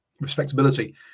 Respectability